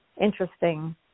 interesting